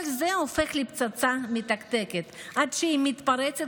כל זה הופך לפצצה מתקתקת עד שהיא מתפרצת